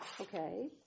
Okay